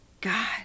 god